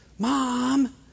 Mom